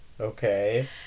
Okay